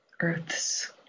earth's